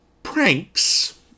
Pranks